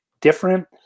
different